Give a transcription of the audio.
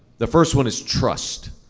the first one is trust.